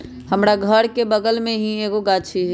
हमरा घर के बगल मे भी एगो गाछी हई